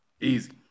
Easy